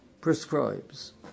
prescribes